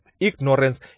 ignorance